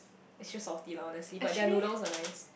it's just salty loh honestly but their noodles are nice